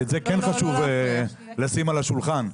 ואת זה חשוב לשים על השולחן.